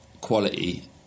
quality